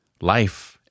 life